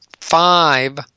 Five